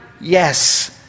yes